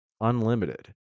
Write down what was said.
unlimited